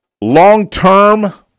Long-term